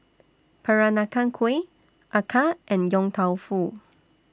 Peranakan Kueh Acar and Yong Tau Foo